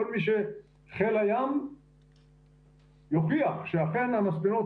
כל מי שחיל הים יוכיח שאכן המספנות